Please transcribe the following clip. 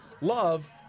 love